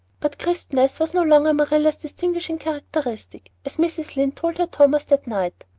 but crispness was no longer marilla's distinguishing characteristic. as mrs. lynde told her thomas that night.